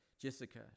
Jessica